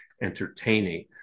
entertaining